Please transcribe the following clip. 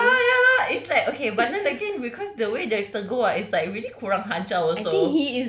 ya lah ya lah it's like okay but then again because the way they tegur ah it's like really kurang ajar also